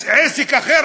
עסק אחר,